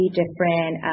different